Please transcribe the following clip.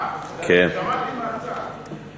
שמעתי מהצד.